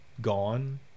gone